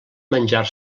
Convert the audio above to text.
menjar